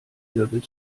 wirbel